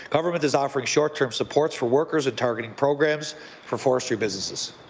government is offering short-term supports for workers and targeting programs for forestry businesses.